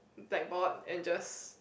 blackboard and just